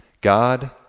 God